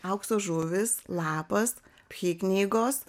aukso žuvys lapas phi knygos